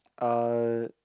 uh